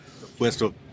Puesto